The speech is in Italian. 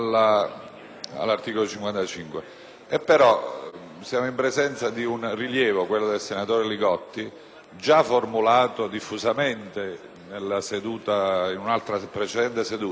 all'articolo 55. Tuttavia, siamo in presenza di un rilievo, quello del senatore Li Gotti, già formulato diffusamente in una precedente seduta